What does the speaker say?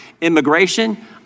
immigration